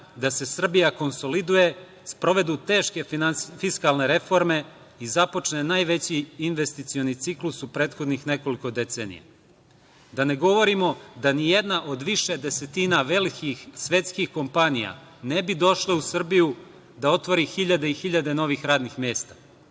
da se Srbija konsoliduje, sprovedu teške fiskalne reforme i započne najveći investicioni ciklus u prethodnih nekoliko decenija. Da ne govorimo da ni jedna od više desetina velikih svetskih kompanija ne bi došla u Srbiju da otvori hiljade i hiljade novih radnih mesta. Uz